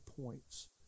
points